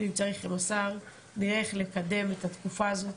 ואם צריך עם השר, נראה איך לקדם את התקופה הזאת.